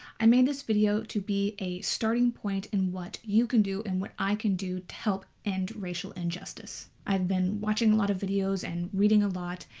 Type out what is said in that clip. i made this video to be a starting point in what you can do and what i can do to help end racial injustice. i've been watching a lot of videos and reading a lot,